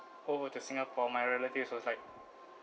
over to singapore my relatives was like